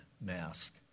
mask